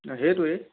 সেইটোৱে